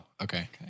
okay